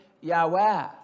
Yahweh